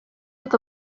with